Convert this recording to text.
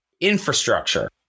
infrastructure